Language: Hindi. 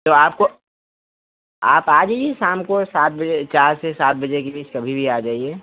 तो आपको आप आ जाइए शाम को सात बजे चार से सात बजे के बीच कभी भी आ जाइए